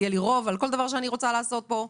יהיה לי רוב על כל דבר שאני רוצה לעשות פה,